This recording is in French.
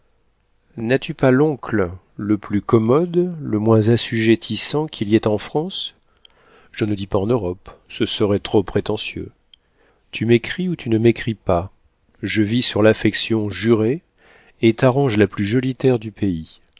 n'as-tu pas l'oncle le plus commode le moins assujettissant qu'il y ait en france je ne dis pas en europe ce serait trop prétentieux tu m'écris ou tu ne m'écris pas je vis sur l'affection jurée et t'arrange la plus jolie terre du pays